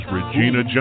Regina